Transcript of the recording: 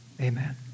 Amen